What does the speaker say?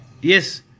Yes